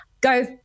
go